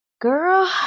Girl